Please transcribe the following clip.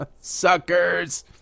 Suckers